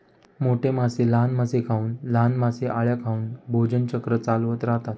मोठे मासे लहान मासे खाऊन, लहान मासे अळ्या खाऊन भोजन चक्र चालवत राहतात